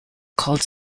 called